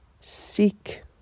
seek